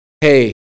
Hey